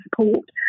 support